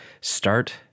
start